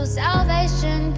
salvation